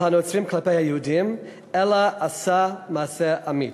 הנוצרים כלפי היהודים אלא עשה מעשה אמיץ.